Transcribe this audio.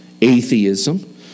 atheism